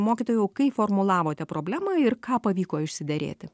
mokytojau kai formulavote problemą ir ką pavyko išsiderėti